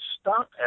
stop